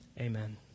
amen